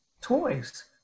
toys